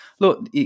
Look